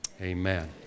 amen